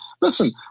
Listen